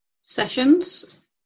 sessions